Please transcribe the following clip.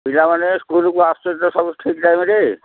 ପିଲାମାନେ ସ୍କୁଲ୍କୁ ଆସୁଛନ୍ତି ତ ସବୁ ଠିକ ଟାଇମ୍ରେ